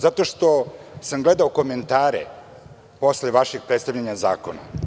Zato što sam gledao komentare posle vašeg predstavljanja zakona.